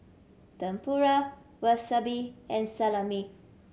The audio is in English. Tempura Wasabi and Salami